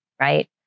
Right